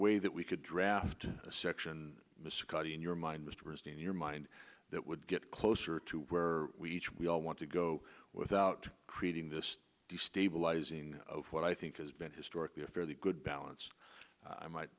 way that we could draft a section called ian your mind in your mind that would get closer to where we each we all want to go without creating this destabilising of what i think has been historically a fairly good balance i might